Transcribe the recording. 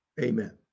Amen